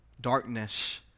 darkness